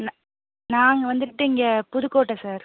நான் நாங்கள் வந்துட்டு இங்கே புதுக்கோட்டை சார்